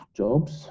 jobs